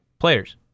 Players